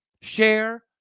Share